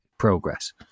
progress